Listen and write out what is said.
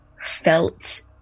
felt